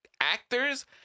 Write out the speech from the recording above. actors